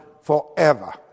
forever